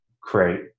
create